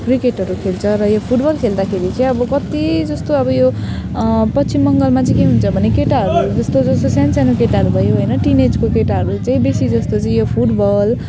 क्रिकेटहरू खेल्छ र यो फुटबल खेल्दाखेरि चाहिँ अब कत्ति जस्तो अब यो पश्चिम बङ्गालमा चाहिँ के हुन्छ भने केटाहरू जस्तो सानसानो केटाहरू भयो होइन टिनेजको केटाहरू चाहिँ बेसीजस्तो चाहिँ यो फुटबल